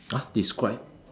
!huh! describe